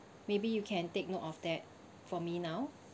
maybe you can take note of that for me now